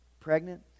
pregnant